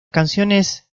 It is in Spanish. canciones